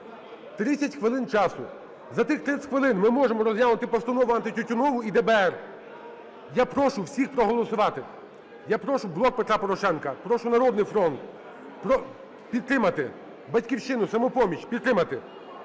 30 хвилин часу, за тих 30 хвилин ми можемо розглянути постанову антитютюнову і ДБР. Я прошу всіх проголосувати. Я прошу "Блок Петра Порошенка", прошу "Народний фронт" підтримати, "Батьківщину", "Самопоміч" – підтримати.